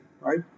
right